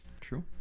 True